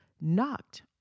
knocked